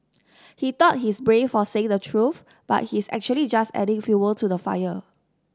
he thought he's brave for saying the truth but he's actually just adding fuel to the fire